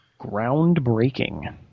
Groundbreaking